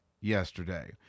yesterday